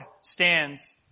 stands